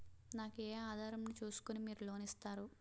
నాకు ఏ ఆధారం ను చూస్కుని మీరు లోన్ ఇస్తారు?